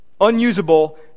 Unusable